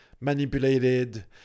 manipulated